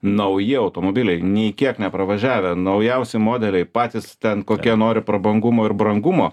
nauji automobiliai nei kiek nepravažiavę naujausi modeliai patys ten kokie nori prabangumo ir brangumo